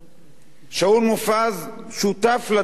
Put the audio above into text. שאול מופז שותף לדברים האלה.